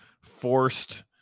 forced